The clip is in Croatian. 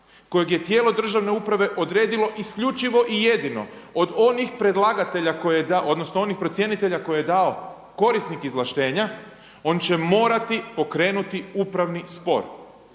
kojeg je tijelo državne uprave odredilo isključivo i jedino od onih predlagatelja odnosno onih procjenitelja koje je dao korisnik izvlaštenja, on će morati pokrenuti upravni spor.